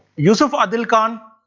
yusuf adil khan,